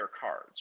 cards